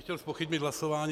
Chtěl bych zpochybnit hlasování.